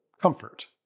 comfort